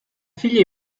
figlia